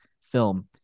film